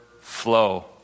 flow